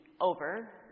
over